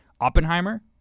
Oppenheimer